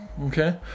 okay